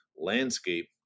landscape